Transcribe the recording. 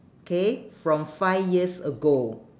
K from five years ago